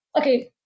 Okay